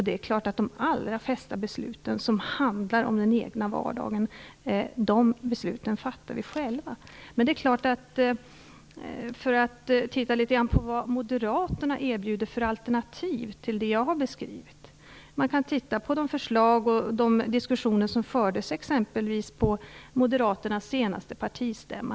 Det är klart att de allra flesta beslut som handlar om den egna vardagen fattas av oss själva. Vi kan titta på vad Moderaterna erbjuder i form av alternativ till det som jag har beskrivit. Vi kan då titta på förslag och på diskussioner som fördes exempelvis på Moderaternas senaste partistämma.